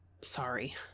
Sorry